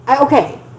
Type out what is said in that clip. Okay